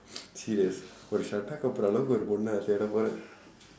serious ஒரு:oru shraddha kapoor அளவுக்கு ஒரு பொண்ணா தேடப்போறே:alavukku oru ponnaa theedappooree